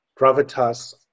gravitas